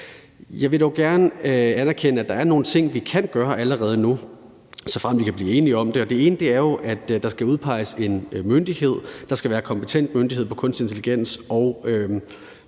Jeg vil dog gerne anerkende, at der er nogle ting, vi kan gøre allerede nu, såfremt vi kan blive enige om det. Det ene er jo, at der skal udpeges en myndighed, der skal være kompetent myndighed på kunstig intelligens og